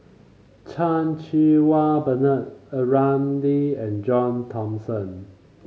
Chan Cheng Wah Bernard A Ramli and John Thomson